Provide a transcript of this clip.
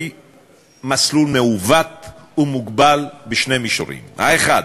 מסלול מעוות ומוגבל בשני מישורים: האחד,